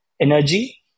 energy